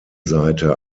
seite